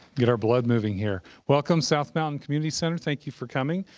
get our blood moving here. welcome, south mountain community center. thank you for coming.